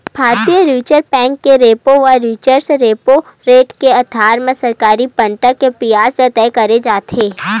भारतीय reserve bank के repo व रिवर्स रेपो रेट के अधार म सरकारी बांड के बियाज ल तय करे जाथे